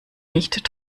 nicht